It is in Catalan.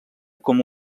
com